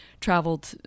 traveled